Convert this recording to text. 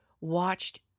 watched